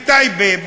בטייבה,